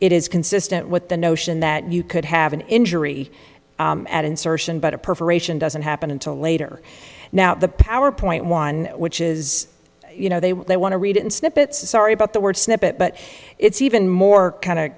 it is consistent with the notion that you could have an injury at insertion but a perforation doesn't happen until later now the power point one which is you know they want they want to read it in snippets sorry about the word snippet but it's even more kind